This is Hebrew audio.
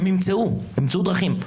הם ימצאו דרכים.